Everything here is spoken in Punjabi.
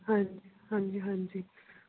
ਹਾਂਜੀ ਹਾਂਜੀ ਹਾਂਜੀ